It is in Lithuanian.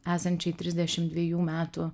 esančiai trisdešim dvejų metų